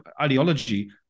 ideology